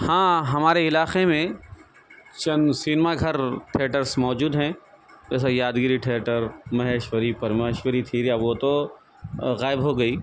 ہاں ہمارے علاقے میں چند سینما گھر تھئیٹرس موجود ہیں جیسے یادگیری تھئیٹر مہیشوری پرمیشوری تھریا وہ تو غائب ہوگئی